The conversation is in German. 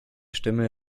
stimme